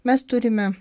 mes turime